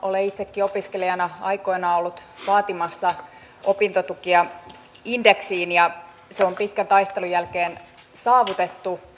olen itsekin opiskelijana aikoinaan ollut vaatimassa opintotukea indeksiin ja se on pitkän taistelun jälkeen saavutettu